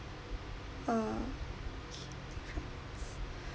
ah okay okay